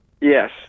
Yes